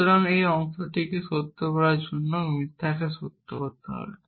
সুতরাং এই অংশটিকে সত্য করার জন্য মিথ্যাকে সত্য হতে হবে